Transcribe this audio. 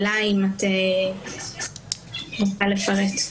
אלה, את תוכלי לפרט?